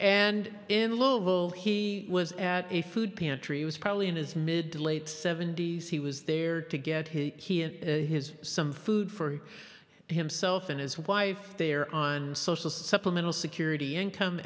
vol he was at a food pantry was probably in his mid to late seventy's he was there to get him his some food for himself and his wife they're on social supplemental security income